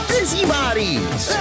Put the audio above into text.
Busybodies